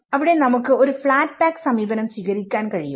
അവിടെ നമുക്ക് ഒരു ഫ്ലാറ്റ് പാക്ക്സമീപനം ചെയ്യാൻ കഴിയും